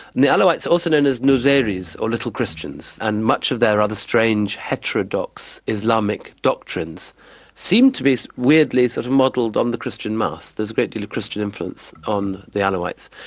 and the alawites, also known as nusayris or little christians, and much of their other strange, heterodox islamic doctrines seem to be weirdly sort of modelled on the christian mass, there's a great deal of christian influence on the alawites.